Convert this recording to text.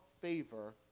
favor